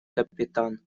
капитан